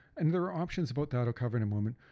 and there are options about that'll cover in a moment.